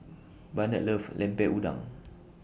Barnard loves Lemper Udang